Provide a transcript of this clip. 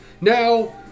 Now